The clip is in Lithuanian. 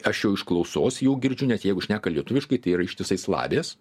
aš jau iš klausos jau girdžiu nes jeigu šneka lietuviškai tai yra ištisai slavės